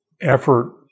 effort